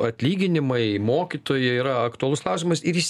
atlyginimai mokytojai yra aktualus klausimas ir jis